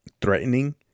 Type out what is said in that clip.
threatening